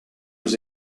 was